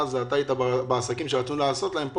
בעניין העסקים שרצו לעזור להם פה